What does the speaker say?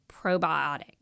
probiotic